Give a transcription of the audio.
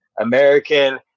American